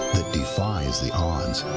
defies the odds.